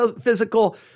physical